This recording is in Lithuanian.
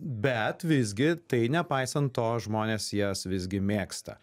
bet visgi tai nepaisant to žmonės jas visgi mėgsta